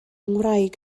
ngwraig